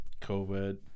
COVID